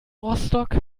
rostock